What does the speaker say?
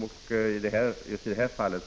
Just i detta fall